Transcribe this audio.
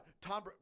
Tom